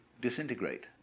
disintegrate